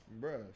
Bruh